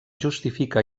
justifica